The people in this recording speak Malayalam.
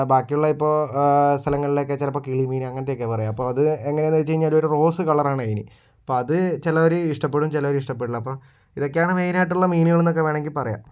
ബാക്കിയുള്ള ഇപ്പോൾ സ്ഥലങ്ങളിലൊക്കെ ചിലപ്പോൾ കിളിമീൻ അങ്ങനത്തെയൊക്കെയാണ് പറയുക അപ്പോൾ അത് എങ്ങനെയാണെന്ന് വച്ച് കഴിഞ്ഞാൽ ഒരു റോസ് കളറാണ് അതിന് അപ്പോൾ അത് ചിലവർ ഇഷ്ടപ്പെടും ചിലവരു ഇഷ്ടപ്പെടില്ല അപ്പോൾ ഇതൊക്കെയാണ് മെയ്നായിട്ടുള്ള മീനുകളെന്നൊക്കെ വേണമെങ്കിൽ പറയാം